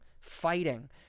fighting